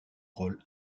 rôle